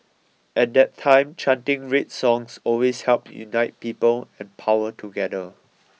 at that time chanting red songs always helped unite people and power together